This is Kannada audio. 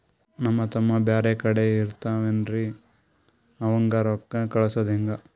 ನಮ್ ತಮ್ಮ ಬ್ಯಾರೆ ಕಡೆ ಇರತಾವೇನ್ರಿ ಅವಂಗ ರೋಕ್ಕ ಕಳಸದ ಹೆಂಗ?